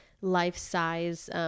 life-size